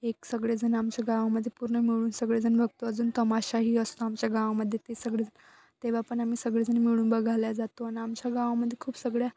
एक सगळेजण आमच्या गावामदे पूर्ण मिळून सगळेजण बघतो अजून तमाशाही असतो आमच्या गावामध्ये ते सगळे तेव्हा पण आम्ही सगळेजण मिळून बघायला जातो आणि आमच्या गावामध्ये खूप सगळ्या